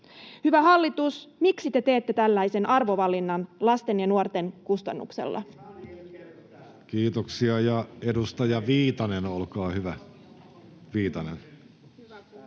Hyvä hallitus, miksi te teette tällaisen arvovalinnan lasten ja nuorten kustannuksella? [Ben Zyskowicz: Ihan ilkeyttään!